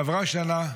עברה שנה,